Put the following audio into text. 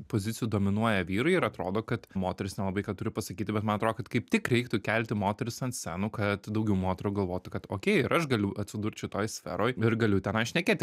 pozicijų dominuoja vyrai ir atrodo kad moterys nelabai ką turi pasakyti bet man atro kad kaip tik reiktų kelti moteris ant scenų kad daugiau moterų galvotų kad okei ir aš galiu atsidurti šitoj sferoj ir galiu tenai šnekėti